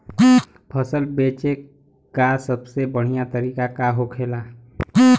फसल बेचे का सबसे बढ़ियां तरीका का होखेला?